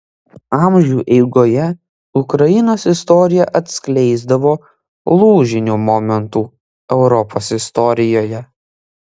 amžių eigoje ukrainos istorija atskleisdavo lūžinių momentų europos istorijoje